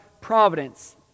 providence